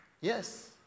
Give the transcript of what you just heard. Yes